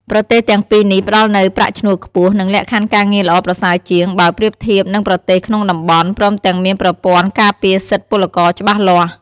ប្រទេសទាំងពីរនេះផ្ដល់នូវប្រាក់ឈ្នួលខ្ពស់ និងលក្ខខណ្ឌការងារល្អប្រសើរជាង បើប្រៀបធៀបនឹងប្រទេសក្នុងតំបន់ ព្រមទាំងមានប្រព័ន្ធការពារសិទ្ធិពលករច្បាស់លាស់ ។